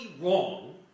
wrong